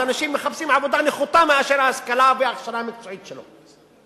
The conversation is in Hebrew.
אז אנשים מחפשים עבודה נחותה מאשר לפי ההשכלה וההכשרה המקצועית שלהם.